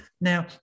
Now